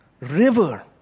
river